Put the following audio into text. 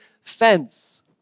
fence